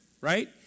right